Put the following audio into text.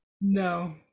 No